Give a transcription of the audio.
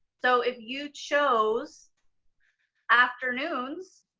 so if you chose afternoons,